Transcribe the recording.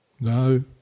No